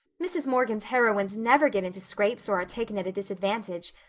mrs. morgan's heroines never get into scrapes or are taken at a disadvantage,